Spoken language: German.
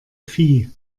phi